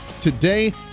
today